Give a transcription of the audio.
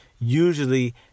usually